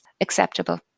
acceptable